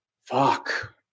fuck